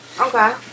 Okay